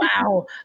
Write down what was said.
Wow